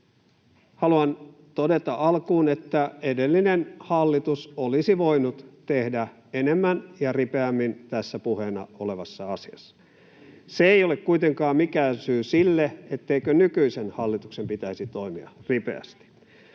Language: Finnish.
Haluan todeta alkuun, että edellinen hallitus olisi voinut tehdä enemmän ja ripeämmin tässä puheena olevassa asiassa. Se ei ole kuitenkaan mikään syy sille, etteikö nykyisen hallituksen pitäisi toimia ripeästi.